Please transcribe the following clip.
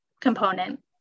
component